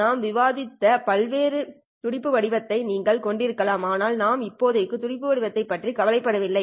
நாம் விவாதித்த பல்வேறு துடிப்பு வடிவத்தை நீங்கள் கொண்டிருக்கலாம் ஆனால் நாம் இப்போதைக்கு துடிப்பு வடிவத்தை பற்றி கவலைப்படவில்லை